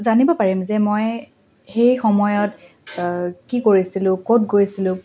জানিব পাৰিম যে মই সেই সময়ত কি কৰিছিলোঁ ক'ত গৈছিলোঁ